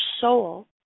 soul